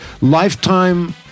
Lifetime